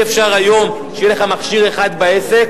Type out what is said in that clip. אי-אפשר היום שיהיה לך מכשיר אחד בעסק